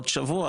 עוד שבוע,